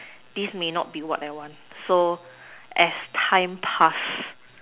this may not be what I want so as time pass